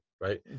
right